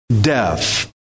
death